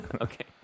Okay